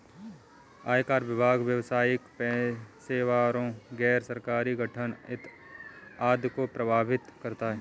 आयकर विभाग व्यावसायिक पेशेवरों, गैर सरकारी संगठन आदि को प्रभावित करता है